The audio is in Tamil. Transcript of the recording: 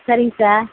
சரிங்க சார்